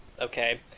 okay